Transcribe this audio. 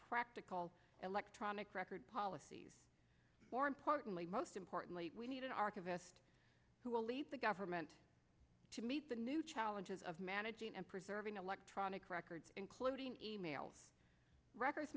practical electronic record policies more importantly most importantly we need an archivist who will lead the government to meet the new challenges of managing and preserving electronic records including e mail records